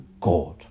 God